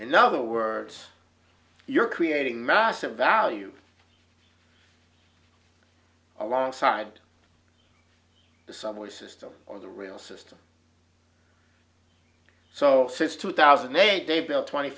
another words you're creating massive value alongside the subway system or the rail system so since two thousand and eight they've built twenty